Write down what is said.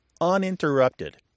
uninterrupted